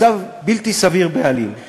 מצב בלתי סביר בעליל.